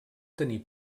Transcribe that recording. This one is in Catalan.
tenir